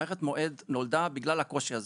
מערכת מועד נולדה בגלל הקושי הזה,